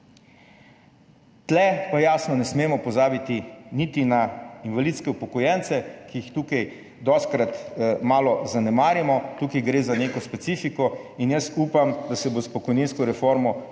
Tu pa jasno ne smemo pozabiti niti na invalidske upokojence, ki jih tukaj dostikrat malo zanemarimo. Tukaj gre za neko specifiko in jaz upam, da se bo s pokojninsko reformo